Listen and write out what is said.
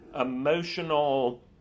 emotional